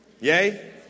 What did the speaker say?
Yay